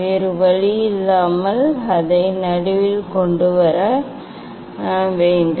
வேறு வழியில்லாமல் அதை நடுவில் கொண்டுவர நடுவில் கொண்டு வர நான் சுழற்ற வேண்டும்